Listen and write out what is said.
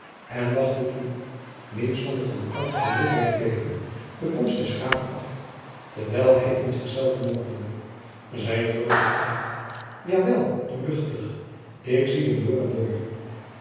en wachtte toen niet zonder van angst en droefheid te beven de komst des graven af terwijl hij in zich zelven mompelde zijne doorluchtigheid ja wel doorluchtig ik zie hem door en door